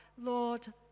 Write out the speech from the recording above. Lord